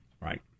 Right